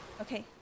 Okay